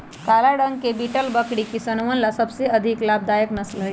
काला रंग के बीटल बकरी किसनवन ला सबसे अधिक लाभदायक नस्ल हई